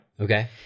Okay